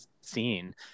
scene